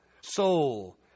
soul